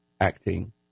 acting